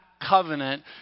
covenant